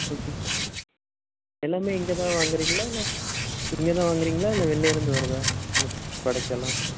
okay எல்லாமே இங்கேதான் வாங்குறீங்களா இல்லை இங்கேதான் வாங்குறீங்களா இல்லை வெளில இருந்து வருதா கடைக்குயெல்லாம்